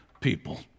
people